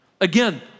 Again